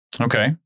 Okay